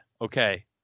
okay